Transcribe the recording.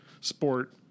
sport